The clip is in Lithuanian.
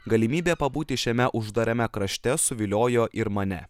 galimybė pabūti šiame uždarame krašte suviliojo ir mane